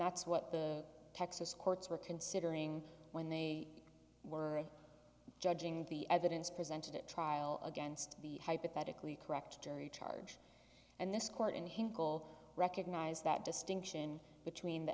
that's what the texas courts were considering when they were judging the evidence presented at trial against the hypothetically correct jury charge and this court in him cole recognize that distinction between the